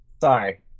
Sorry